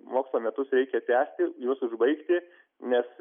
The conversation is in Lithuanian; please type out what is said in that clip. mokslo metus reikia tęsti juos užbaigti nes